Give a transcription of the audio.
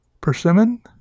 Persimmon